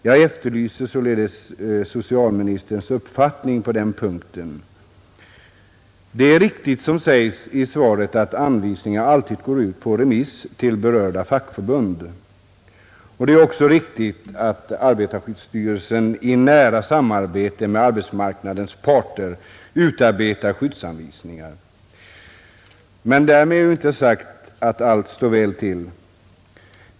Jag efterlyser således socialministerns uppfattning på denna punkt. Det är riktigt, som sägs i svaret, att anvisningarna alltid går ut på remiss till berörda fackförbund. Det är också riktigt att arbetarskyddsstyrelsen i nära samarbete med arbetsmarknadens parter utarbetar skyddsanvisningar. Men därmed är ju inte sagt att allt står väl till.